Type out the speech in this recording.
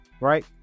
right